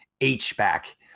H-back